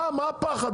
מה הפחד?